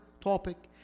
topic